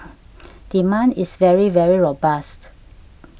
demand is very very robust